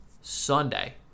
Sunday